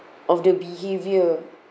of the behaviour